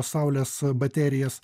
saulės baterijas